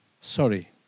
Sorry